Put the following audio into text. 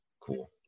Cool